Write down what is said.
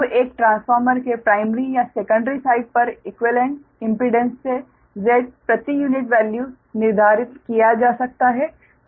अब एक ट्रांसफार्मर के प्राइमरी या सेकंडरी साइड पर इक्वीवालेंट इम्पीडेंस से Z प्रति यूनिट वैल्यू निर्धारित किया जा सकता है